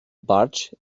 bartsch